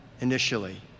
initially